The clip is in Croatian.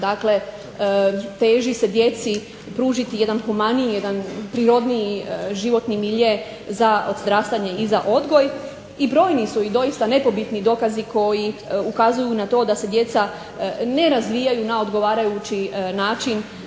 Dakle, teži se djeci pružiti jedan humaniji, jedan prirodniji životni milje za odrastanje i za odgoj. I brojni su i doista nepobitni dokazi koji ukazuju na to da se djeca ne razvijaju na odgovarajući način